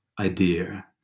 idea